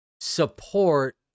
support